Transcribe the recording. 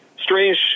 strange